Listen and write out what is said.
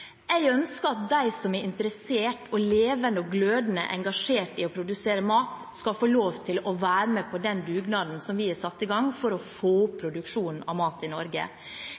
Jeg ønsker at de som er interessert, og som er levende og glødende engasjert i å produsere mat, skal få lov til å være med på den dugnaden vi har satt i gang for å få opp produksjonen av mat i Norge.